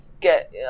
get